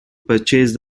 purchased